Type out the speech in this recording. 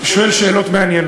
אתה בהחלט שואל שאלות מעניינות,